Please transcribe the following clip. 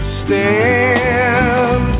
stand